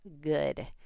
good